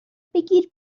بگیر